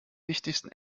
wichtigsten